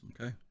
okay